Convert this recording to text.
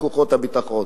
עם כוחות הביטחון.